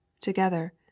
Together